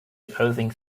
opposing